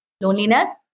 Loneliness